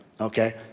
okay